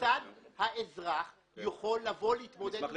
כיצד האזרח יכול להתמודד עם דרישת החוב.